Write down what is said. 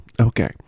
Okay